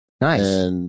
Nice